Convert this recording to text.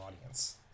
audience